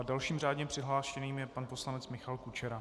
Dalším řádně přihlášeným je pan poslanec Michal Kučera.